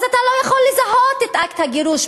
אז אתה לא יכול לזהות את אקט הגירוש,